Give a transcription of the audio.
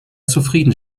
zufrieden